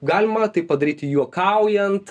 galima tai padaryti juokaujant